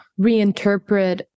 reinterpret